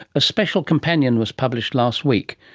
a special companion was published last week,